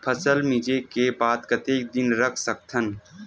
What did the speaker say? फसल मिंजे के बाद कतेक दिन रख सकथन?